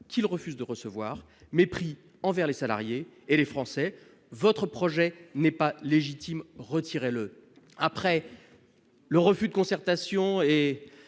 qu'il refuse de recevoir. Mépris envers les salariés et les Français. Votre projet n'est pas légitime, retirez-le ! Après avoir refusé la concertation au